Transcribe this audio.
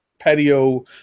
patio